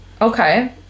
okay